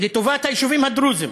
לטובת היישובים הדרוזיים,